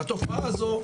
והתופעה הזאת,